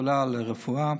סגולה לרפואה.